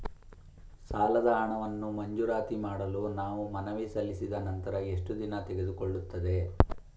ಸಾಲದ ಹಣವನ್ನು ಮಂಜೂರಾತಿ ಮಾಡಲು ನಾವು ಮನವಿ ಸಲ್ಲಿಸಿದ ನಂತರ ಎಷ್ಟು ದಿನ ತೆಗೆದುಕೊಳ್ಳುತ್ತದೆ?